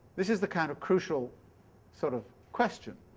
this is the kind of crucial sort of question